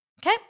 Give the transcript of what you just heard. okay